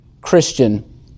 Christian